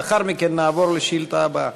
לאחר מכן נעבור לשאילתה הבאה.